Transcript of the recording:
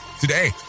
today